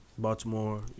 Baltimore